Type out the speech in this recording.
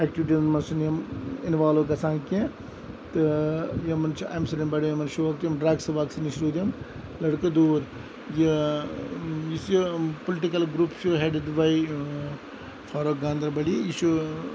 ایٚکٹِوِٹیٖزَن مَنٛز چھِنہِ یِم اِنوالِو گَژھان کینٛہہ تہٕ یِمَن چھُ امہِ سۭتۍ بَڑیٚو یِمَن شوق تِم ڈرگٕس وَگٕس نِش روٗدۍ یِم لٔڑکہٕ دوٗر یہِ یُس یہِ پُلِٹِکَل گروٚپ چھُ ہیٖڈِڑ باے فاروق گاندَربَلی یہِ چھُ